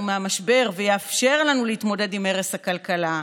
מהמשבר ויאפשר לנו להתמודד עם הרס הכלכלה,